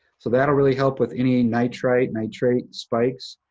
so that'll really help with any nitrite, nitrate spikes.